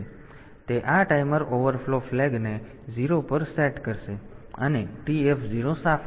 તેથી તે આ ટાઈમર ઓવરફ્લો ફ્લેગને 0 પર સેટ કરશે અને TF0 સાફ કરશે